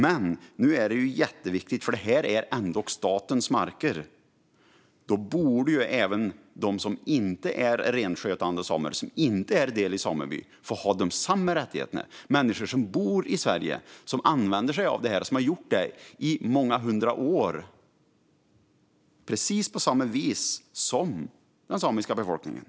Men det här är ändock statens marker. Då borde även de som inte är renskötande samer eller del av en sameby få ha samma rättigheter. Det är människor som bor i Sverige och som använder sig av det här och har gjort det i många hundra år på precis samma vis som den samiska befolkningen.